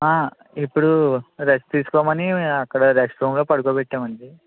ఇప్పుడు రెస్ట్ తీసుకోమని అక్కడ రెస్ట్ రూమ్లో పడుకోబెట్టాం అండి